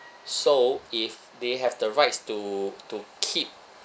so if they have the rights to to keep